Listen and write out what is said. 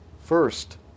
First